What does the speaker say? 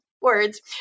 words